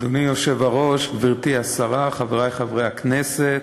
אדוני היושב-ראש, גברתי השרה, חברי חברי הכנסת,